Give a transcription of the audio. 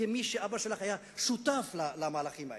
כמי שאבא שלה היה שותף למהלכים האלה,